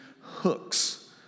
hooks